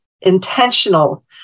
intentional